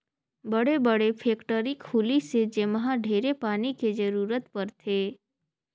बड़े बड़े फेकटरी खुली से जेम्हा ढेरे पानी के जरूरत परथे